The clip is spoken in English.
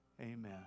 amen